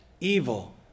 evil